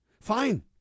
Fine